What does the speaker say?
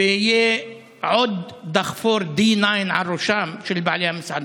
ויהיה עוד דחפור D9 על ראשם של בעלי המסעדות.